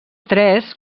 tres